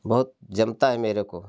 बहुत जमता है मेरे को